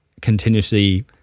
continuously